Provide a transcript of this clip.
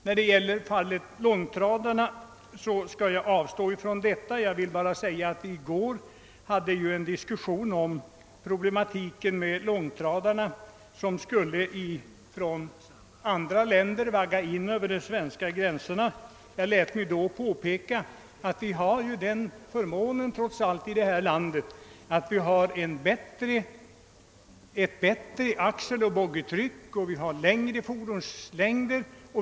Jag skall inte närmare ta upp problemet med långtradarna; vi hade i går en diskussion om de utländska långtradare som kommer till Sverige. Jag påpekade då att vi i vårt land trots allt har förmånen av bättre axeloch boggietryck och större fordonslängder.